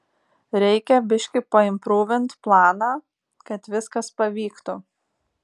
reikia biškį paimprūvint planą kad viskas pavyktų